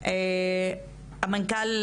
המנכ"ל,